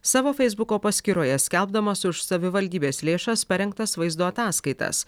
savo feisbuko paskyroje skelbdamas už savivaldybės lėšas parengtas vaizdo ataskaitas